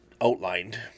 outlined